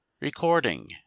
Recording